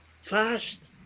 fast